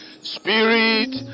Spirit